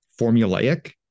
formulaic